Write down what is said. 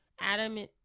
Adam